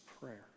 prayer